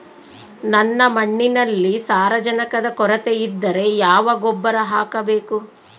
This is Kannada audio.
ನನ್ನ ಮಣ್ಣಿನಲ್ಲಿ ಸಾರಜನಕದ ಕೊರತೆ ಇದ್ದರೆ ಯಾವ ಗೊಬ್ಬರ ಹಾಕಬೇಕು?